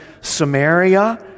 Samaria